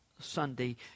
Sunday